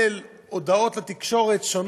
אדוני היושב-ראש, חברי חברי הכנסת,